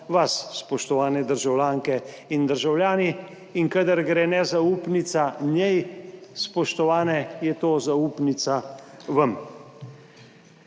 vas, spoštovane državljanke in državljani, in kadar gre nezaupnica njej, spoštovane, je to zaupnica vam.